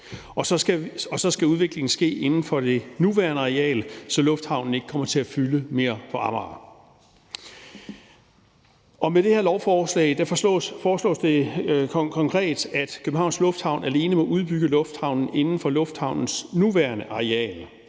og så skal udviklingen ske inden for det nuværende areal, så lufthavnen ikke kommer til at fylde mere på Amager. Med det her lovforslag foreslås det konkret, at Københavns Lufthavn alene må udbygge lufthavnen inden for lufthavnens nuværende areal,